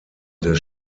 des